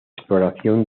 exploración